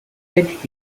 educated